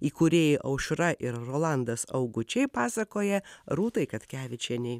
įkūrėjai aušra ir rolandas augučiai pasakoja rūtai katkevičienei